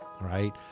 right